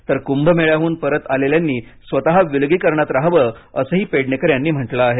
तर कुंभमेळ्याहून परत आलेल्यांनी स्वतः विलगीकरणात राहावं असंही पेडणेकर यांनी म्हटलं आहे